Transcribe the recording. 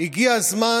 הגיע הזמן